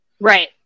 Right